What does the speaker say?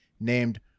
named